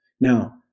Now